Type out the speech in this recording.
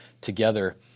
together